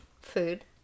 Food